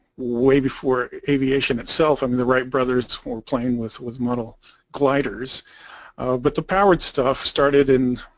way before aviation itself, i mean the wright brothers were playing with with model gliders but the powered stuff started in